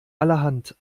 allerhand